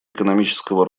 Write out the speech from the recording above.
экономического